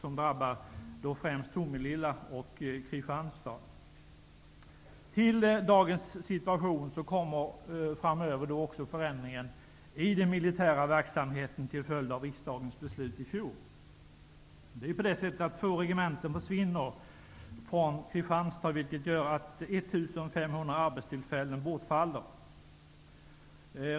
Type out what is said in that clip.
Främst drabbas Tomelilla och Till detta med dagens situation kommer framöver förändringen inom den militära verksamheten till följd av riksdagens beslut i fjol. Två regementen i Kristianstad försvinner alltså. Det gör att 1 500 arbetstillfällen bortfaller.